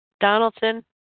Donaldson